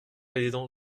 président